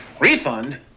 Refund